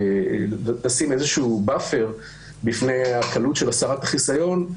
כדי לשים איזשהו באפר בפני הקלות של הסרת החיסיון,